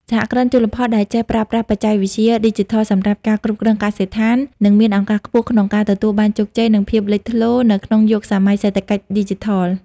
សហគ្រិនជលផលដែលចេះប្រើប្រាស់បច្ចេកវិទ្យាឌីជីថលសម្រាប់ការគ្រប់គ្រងកសិដ្ឋាន នឹងមានឱកាសខ្ពស់ក្នុងការទទួលបានជោគជ័យ និងភាពលេចធ្លោនៅក្នុងយុគសម័យសេដ្ឋកិច្ចឌីជីថល។